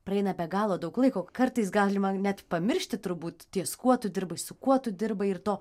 praeina be galo daug laiko kartais galima net pamiršti turbūt ties kuo tu dirbai su kuo tu dirbai ir to